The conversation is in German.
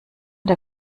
der